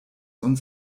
uns